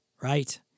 right